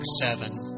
seven